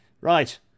Right